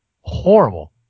Horrible